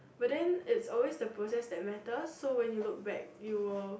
but then it's always the process that matters so when you look back you will